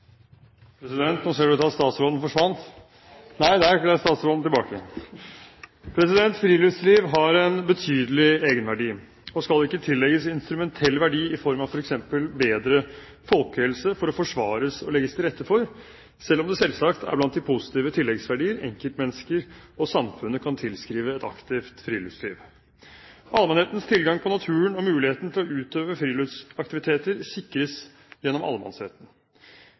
Friluftsliv har en betydelig egenverdi, og skal ikke tillegges instrumentell verdi i form av f.eks. bedre folkehelse for å forsvares og legges til rette for, selv om det selvsagt er blant de positive tilleggsverdier enkeltmennesker og samfunnet kan tilskrive et aktivt friluftsliv. Allmennhetens tilgang på naturen og muligheten til å utøve friluftsaktiviteter sikres gjennom allemannsretten.